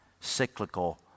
cyclical